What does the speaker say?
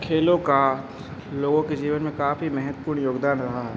खेलों का लोगों के जीवन में काफ़ी महत्वपूण योगदान रहा है